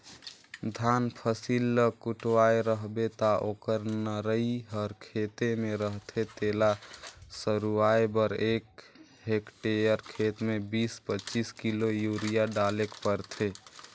धान फसिल ल कटुवाए रहबे ता ओकर नरई हर खेते में रहथे तेला सरूवाए बर एक हेक्टेयर खेत में बीस पचीस किलो यूरिया डालेक परथे